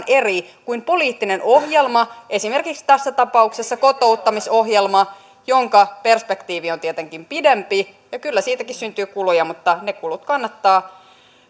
eri kuin poliittinen ohjelma esimerkiksi tässä tapauksessa kotouttamisohjelma jonka perspektiivi on tietenkin pidempi ja kyllä siitäkin syntyy kuluja mutta ne kulut kannattaa